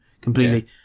completely